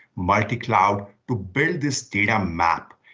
multicloud to build this data map,